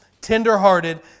tender-hearted